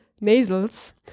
nasals